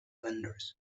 vendors